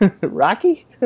rocky